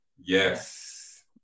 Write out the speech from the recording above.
Yes